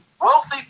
Wealthy